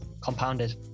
compounded